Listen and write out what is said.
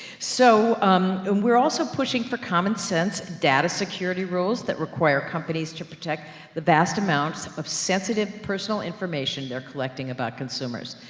so, um, we're also pushing for common sense data security rules, that require companies to protect the vast amounts of sensitive personal information they're collecting about consumers.